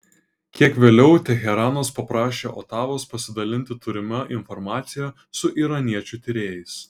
kiek vėliau teheranas paprašė otavos pasidalinti turima informacija su iraniečių tyrėjais